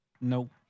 Nope